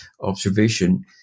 observation